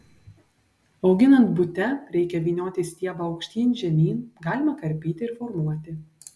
auginant bute reikia vynioti stiebą aukštyn žemyn galima karpyti ir formuoti